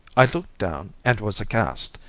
i looked down, and was aghast,